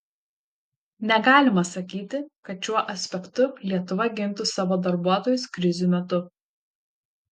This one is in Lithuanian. negalima sakyti kad šiuo aspektu lietuva gintų savo darbuotojus krizių metu